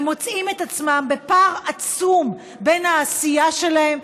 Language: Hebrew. הם מוצאים פער עצום בין העשייה שלהם,